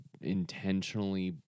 intentionally